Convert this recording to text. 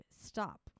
stop